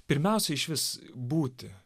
pirmiausia išvis būti